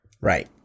Right